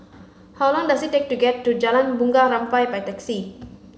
how long does it take to get to Jalan Bunga Rampai by taxi